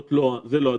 לא זה הדיון.